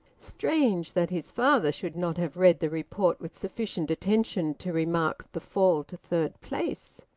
strange that his father should not have read the report with sufficient attention to remark the fall to third place!